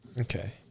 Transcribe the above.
okay